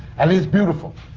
and he was beautiful.